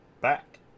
back